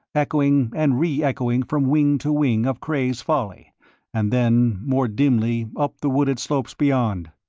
echoing and re-echoing from wing to wing of cray's folly and then, more dimly, up the wooded slopes beyond!